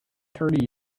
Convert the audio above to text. thirty